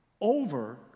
over